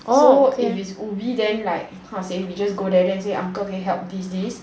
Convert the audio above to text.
oh so if it is ubi then like I how to say we just go there then say uncle can you help this this